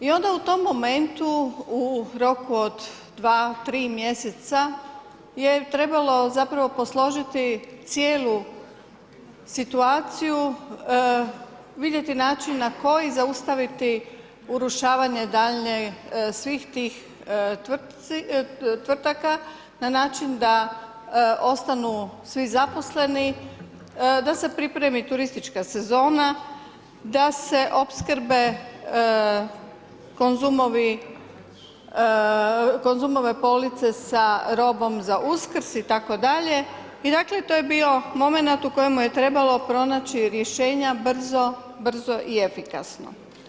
I onda u tom momentu u roku od 2, 3 mjeseca je trebalo zapravo posložiti cijelu situaciju, vidjeti način na koji zaustaviti urušavanje daljnje svih tih tvrtaka na način da ostanu svi zaposleni, da se pripremi turistička sezona, da se opskrbe Konzumove police sa robom za Uskrs itd. i dakle to je bio momenat u kojemu je trebalo pronaći rješenja brzo i efikasno.